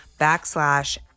backslash